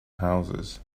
houses